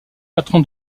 patron